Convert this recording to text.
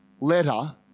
letter